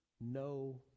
no